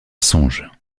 songe